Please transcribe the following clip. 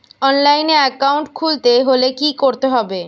অনলাইনে একাউন্ট খুলতে হলে কি করতে হবে?